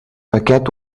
aquest